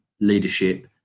leadership